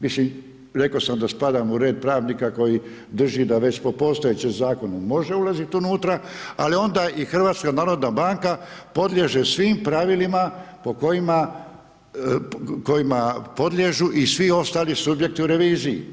Mislim, rekao sam da spadam u red pravnika koji drži da već po postojećem zakonu može ulaziti unutra ali onda i HNB podliježe svim pravilima po kojima, kojima podliježu i svi ostali subjekti u reviziji.